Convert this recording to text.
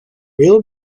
real